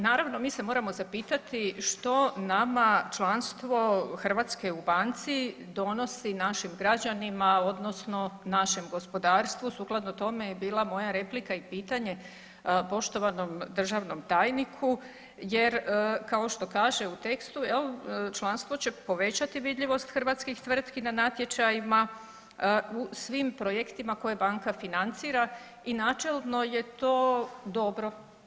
Naravno, mi se moramo zapitati što nama članstvo Hrvatske u Banci donosi našim građanima, odnosno našem gospodarstvu sukladno tome je bila i moja replika, i pitanje poštovanom državnom tajniku jer, kao što kaže u tekstu, je li, članstvo će povećati vidljivost hrvatskih tvrtki na natječajima u svim projektima koje banka financira i načelno je to dobro.